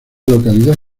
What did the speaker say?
localidad